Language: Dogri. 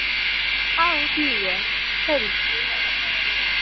आहो ठीक ऐ खरी